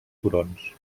turons